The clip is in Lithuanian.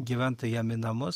gyventojam į namus